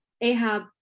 ahab